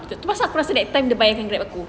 lepas tu aku rasa nak tend to bayar Grab aku